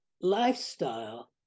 lifestyle